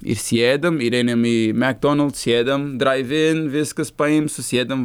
įsėdom ir ėmėm į mekdonalds sėdame draivin viskas paims susėdom